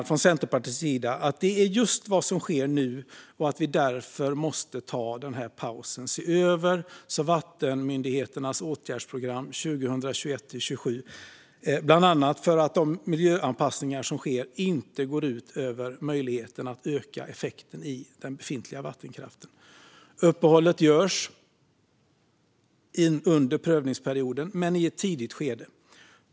Från Centerpartiet menar vi att det är just det vad som sker nu och att vi därför måste ta en paus och se över vattenmyndigheternas åtgärdsprogram 2021-2027, bland annat för att de miljöanpassningar som sker inte ska gå ut över möjligheten att öka effekten i den befintliga vattenkraften. Uppehållet görs under prövningsperioden men i ett tidigt skede.